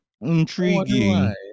Intriguing